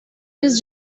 east